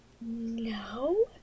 No